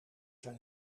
zijn